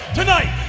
tonight